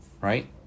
right